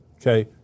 okay